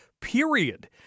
period